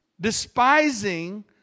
despising